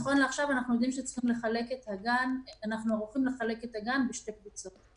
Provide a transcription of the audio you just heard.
נכון לעכשיו אנחנו ערוכים לחלק את הגן לשתי קבוצות.